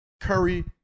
Curry